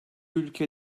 ülke